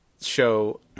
show